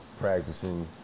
practicing